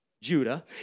Judah